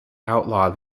outlaw